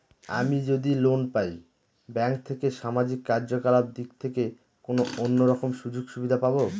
আমি যদি লোন পাই ব্যাংক থেকে সামাজিক কার্যকলাপ দিক থেকে কোনো অন্য রকম সুযোগ সুবিধা পাবো?